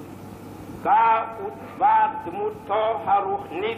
בה עוצבה דמותו הרוחנית,